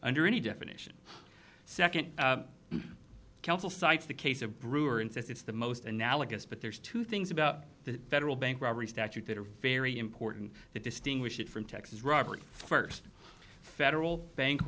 under any definition second counsel cites the case of brewer and says it's the most analogous but there's two things about the federal bank robbery statute that are very important to distinguish it from texas robbery first federal bank